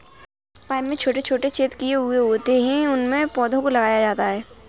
pipe में छोटे छोटे छेद किए हुए होते हैं उनमें पौधों को लगाया जाता है